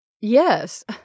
Yes